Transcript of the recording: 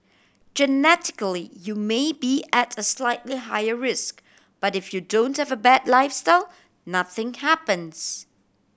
genetically you may be at a slightly higher risk but if you don't have a bad lifestyle nothing happens